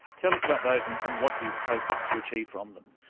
tell us about those and and what you hope to achieve from them.